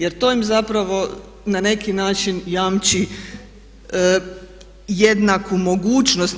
Jer to im zapravo na neki način jamči jednaku mogućnost.